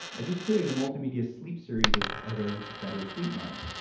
i just created a multimedia sleep series as part of better sleep month,